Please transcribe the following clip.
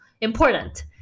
important